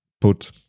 Put